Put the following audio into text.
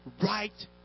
Right